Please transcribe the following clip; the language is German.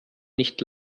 nicht